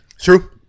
True